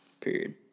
period